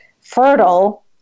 fertile